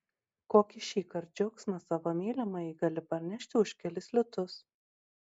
kokį šįkart džiaugsmą savo mylimajai gali parnešti už kelis litus